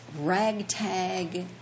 ragtag